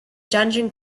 dungeon